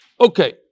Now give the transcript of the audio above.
Okay